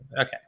Okay